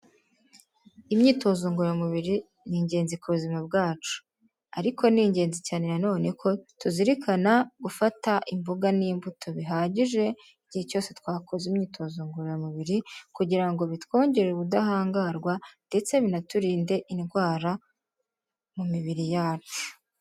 Imyitozo ngororamubiri ni ingenzi ku buzima bwacu, ariko ni ingenzi cyane na none ko tuzirikana gufata imboga n'imbuto bihagije igihe cyose twakoze imyitozo ngororamubiri kugira ngo bitwongere ubudahangarwa ndetse binaturinde indwara mu mibiri yacu.